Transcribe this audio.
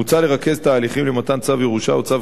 מוצע לרכז את ההליכים למתן צו ירושה או צו